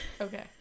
okay